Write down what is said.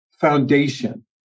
foundation